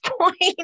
point